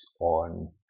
on